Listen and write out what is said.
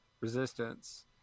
resistance